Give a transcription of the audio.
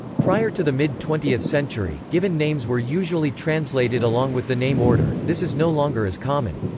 prior to the mid twentieth century, given names were usually translated along with the name order this is no longer as common.